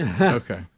Okay